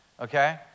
okay